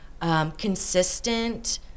consistent